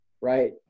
right